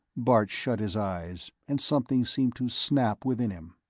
bart shut his eyes, and something seemed to snap within him.